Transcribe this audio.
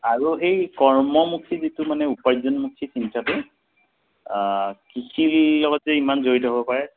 আৰু সেই কৰ্মমুখী যিটো মানে উপাৰ্জনমুখী চিন্তাটো কৃষিৰ লগত যে ইমান জড়িত হ'ব পাৰে